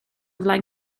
flaen